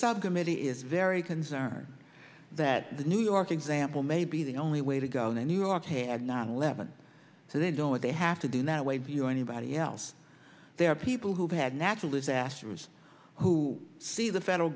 subcommittee is very concerned that the new york example may be the only way to go in a new york had nine eleven so they don't what they have to do now wave you or anybody else there are people who had natural disasters who see the federal